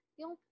yung